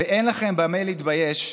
ואין לכם במה להתבייש,